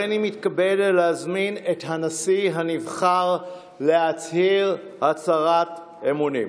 הריני מתכבד להזמין את הנשיא הנבחר להצהיר אמונים.